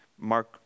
Mark